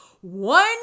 One